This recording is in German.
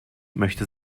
möchte